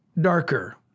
darker